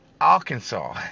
Arkansas